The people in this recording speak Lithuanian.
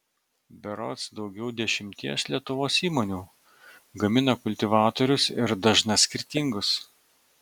berods daugiau dešimties lietuvos įmonių gamina kultivatorius ir dažna skirtingus